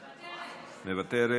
מוותרת.